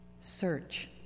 Search